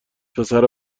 پسر